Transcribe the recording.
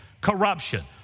Corruption